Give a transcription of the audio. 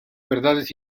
verdades